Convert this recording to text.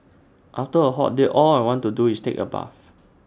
after A hot day all I want to do is take A bath